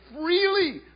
freely